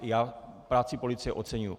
Já práci policie oceňuji.